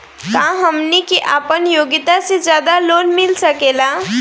का हमनी के आपन योग्यता से ज्यादा लोन मिल सकेला?